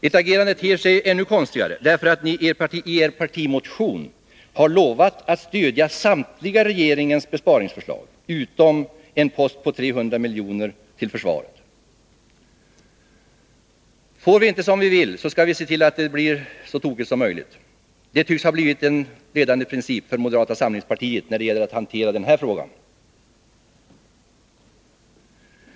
Ert agerande ter sig ännu konstigare därför att ni i er partimotion har lovat att stödja samtliga regeringens besparingsförslag utom en post på 300 miljoner till försvaret. Får vi inte som vi vill, skall vi nog se till att det blir så tokigt som möjligt. Det tycks ha blivit en ledande princip för moderata samlingspartiet när det gäller att hantera den här frågan.